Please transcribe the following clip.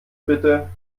bitte